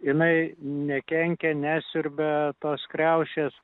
jinai nekenkia nesiurbia tos kriaušės